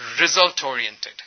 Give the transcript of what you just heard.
result-oriented